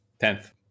Tenth